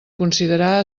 considerar